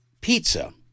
pizza